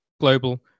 global